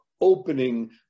opening